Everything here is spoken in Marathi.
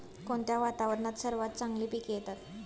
कोणत्या वातावरणात सर्वात चांगली पिके येतात?